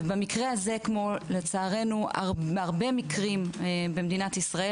במקרה הזה כמו בהרבה מקרים במדינת ישראל,